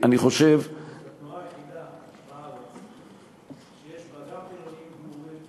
זאת התנועה היחידה בארץ שיש בה גם חילונים גמורים,